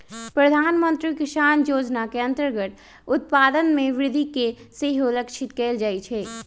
प्रधानमंत्री किसान जोजना के अंतर्गत उत्पादन में वृद्धि के सेहो लक्षित कएल जाइ छै